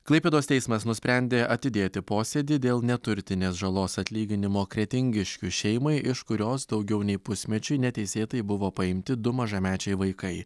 klaipėdos teismas nusprendė atidėti posėdį dėl neturtinės žalos atlyginimo kretingiškių šeimai iš kurios daugiau nei pusmečiui neteisėtai buvo paimti du mažamečiai vaikai